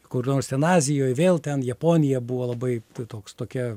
kur nors ten azijoj vėl ten japonija buvo labai toks tokia